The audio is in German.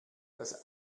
das